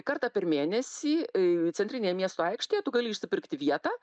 kartą per mėnesį centrinėje miesto aikštėje tu gali išsipirkti vietą